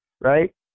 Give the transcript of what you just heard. right